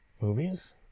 movies